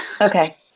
Okay